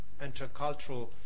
Intercultural